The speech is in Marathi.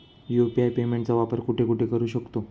यु.पी.आय पेमेंटचा वापर कुठे कुठे करू शकतो?